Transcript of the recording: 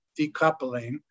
decoupling